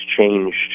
changed